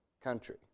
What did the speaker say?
country